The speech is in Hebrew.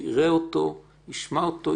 -- ישמע אותו,